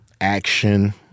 action